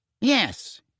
Yes